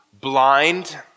blind